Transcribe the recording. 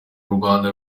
rwanda